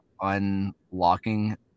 unlocking